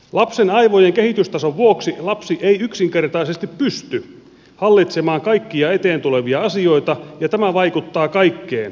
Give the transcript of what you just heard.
lapsen aivojen kehitystason vuoksi lapsi ei yksinkertaisesti pysty hallitsemaan kaikkia eteen tulevia asioita ja tämän vaikuttaa kaikkeen